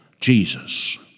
Jesus